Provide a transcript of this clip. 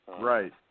Right